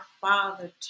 father